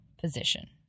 position